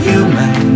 Human